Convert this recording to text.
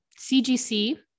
CGC